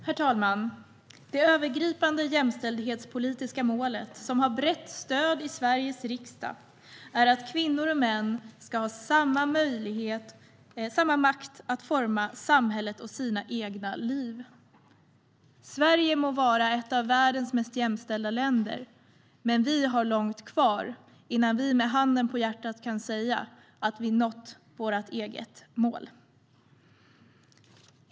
Herr talman! Det övergripande jämställdhetspolitiska målet, som har brett stöd i Sveriges riksdag, är att kvinnor och män ska ha samma makt att forma samhället och sina egna liv. Sverige må vara ett av världens mest jämställda länder, men vi har långt kvar innan vi med handen på hjärtat kan säga att vi nått vårt mål.